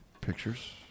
pictures